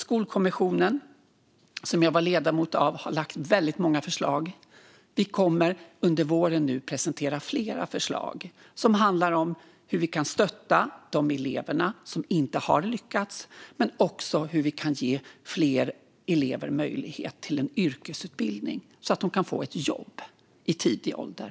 Skolkommissionen, som jag var ledamot av, har lagt fram väldigt många förslag. Vi kommer under våren att presentera flera förslag som handlar om hur vi kan stötta de elever som inte har lyckats men också om hur vi kan ge fler elever möjlighet till yrkesutbildning, så att de kan få jobb i tidig ålder.